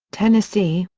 tennessee,